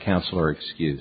counsel or excuse